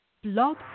Blog